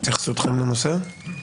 התייחסותכם לנושא.